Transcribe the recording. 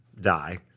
die